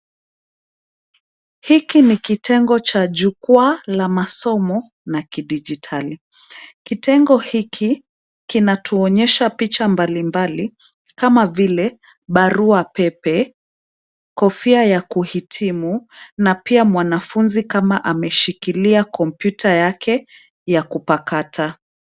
Hiki ni kitengo cha jukwaa la masomo na kidijitali, kitengo hiki kinatuonyesha picha mbalimbali barua pepe, kofia ya kuhitimu na pia mwanafunzi kama ameshikilia kompyuta yake ya kupakata.